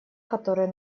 который